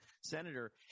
senator